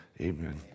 amen